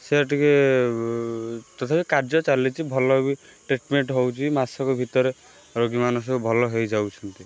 ସେ ଟିକେ ତଥାପି କାର୍ଯ୍ୟ ଚାଲିଛି ଭଲ ବି ଟ୍ରିଟମେଣ୍ଟ୍ ହଉଛି ମାସକ ଭିତରେ ରୋଗୀମାନେ ସବୁ ଭଲ ହେଇଯାଉଛନ୍ତି